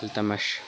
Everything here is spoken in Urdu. التمش